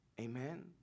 Amen